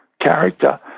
character